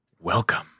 welcome